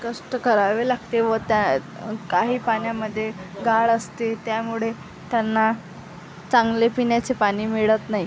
कष्ट करावे लागते व त्यात काही पाण्यामध्ये गाळ असते त्यामुळे त्यांना चांगले पिण्याचे पाणी मिळत नाही